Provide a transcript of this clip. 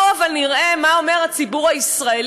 אבל בואו נראה מה אומר הציבור הישראלי,